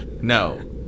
no